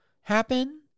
happen